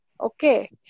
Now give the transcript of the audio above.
okay